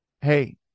hey